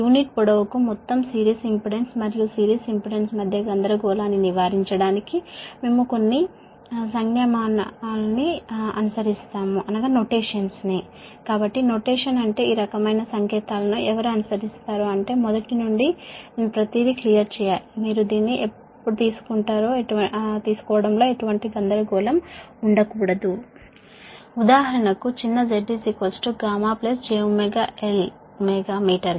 కాబట్టి మొత్తం series impedance మరియు సిరీస్ ఇంపెడెన్స్ మధ్య ఒక యూనిట్ పొడవు కి మధ్య గల కన్ఫ్యూషన్ ని తీసేయడానికి మనము కొన్ని నొటేషన్స్ ను అనుసరిస్తాము కాబట్టి నొటేషన్స్ అంటే ఈ రకమైన సంకేతాలను ఎవరు అనుసరిస్తారో అంటే మొదటి నుండి నేను ప్రతిదీ క్లియర్ చేయాలి మీరు డెరైవ్ చేసేటపుడు ఎటువంటి కన్ఫ్యూషన్ ఉండకూడదు ఉదాహరణకు ఒక z γ jωLΩ మీటరుకు